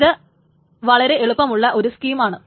ഇത് വളരെ എളുപ്പമുള്ള ഒരു സ്കീം ആണ്